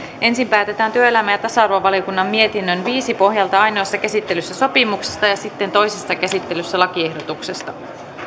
ensin päätetään työelämä ja tasa arvovaliokunnan mietinnön viisi pohjalta ainoassa käsittelyssä sopimuksesta ja sitten toisessa käsittelyssä lakiehdotuksesta